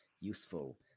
useful